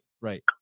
right